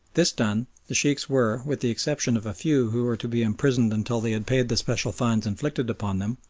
this done the sheikhs were, with the exception of a few who were to be imprisoned until they had paid the special fines inflicted upon them,